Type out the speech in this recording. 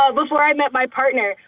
ah before i met my partner.